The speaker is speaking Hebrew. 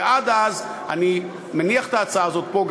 ועד אז אני מניח את ההצעה הזאת פה,